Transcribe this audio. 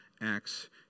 Acts